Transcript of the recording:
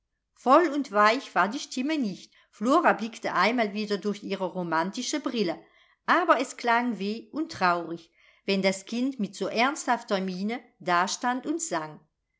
voll und weich war die stimme nicht flora blickte einmal wieder durch ihre romantische brille aber es klang weh und traurig wenn das kind mit so ernsthafter miene dastand und sang